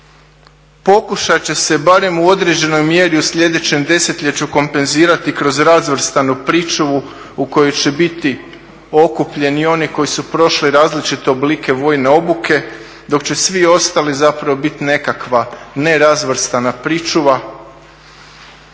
pokušat će se barem u određenoj mjeri u slijedećem desetljeću kompenzirati kroz razvrstanu pričuvu u koju će biti okupljeni oni koji su prošli različite oblike vojne obuke dok će svi ostali zapravo biti nekakva nerazvrstana pričuva.